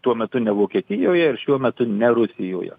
tuo metu ne vokietijoje ir šiuo metu ne rusijoje